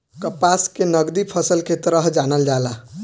कपास के नगदी फसल के तरह जानल जाला